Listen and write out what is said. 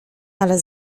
ale